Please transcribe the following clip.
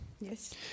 yes